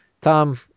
Tom